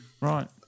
Right